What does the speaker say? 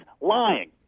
lying